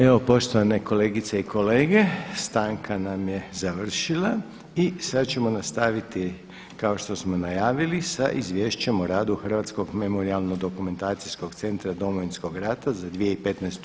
Evo poštovane kolegice i kolege stanka nam je završila i sada ćemo nastaviti kao što smo najavili sa: - Izvješće o radu Hrvatskog memorijalno-dokumentacijskog centra Domovinskog rata za 2015.